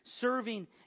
serving